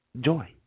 joy